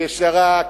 ישרה,